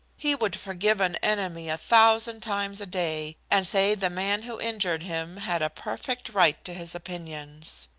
he would forgive an enemy a thousand times a day, and say the man who injured him had a perfect right to his opinions.